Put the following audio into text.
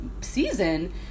season